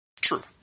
True